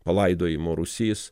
palaidojimo rūsys